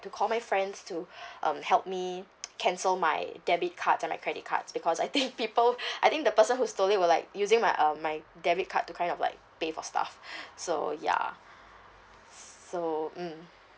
to call my friends to um help me cancel my debit cards and my credit cards because I think people I think the person who stole it were like using my um my debit card to kind of like pay for stuff so ya so mm